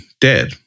dead